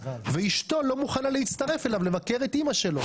ואשתו לא מוכנה להצטרף אליו לבקר את אימא שלו.